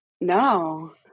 no